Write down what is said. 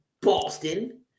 Boston